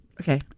Okay